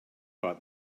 pot